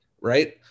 right